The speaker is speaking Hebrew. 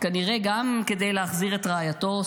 כנראה גם כדי להחזיר את רעייתו,